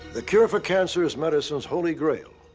cure for cancer is medicine's holy grail.